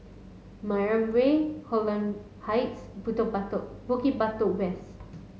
Mariam Way Holland Heights Butok Batok Bukit Batok West